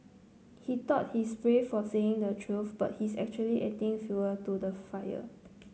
he thought he's brave for saying the truth but he's actually adding fuel to the fire